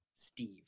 Steve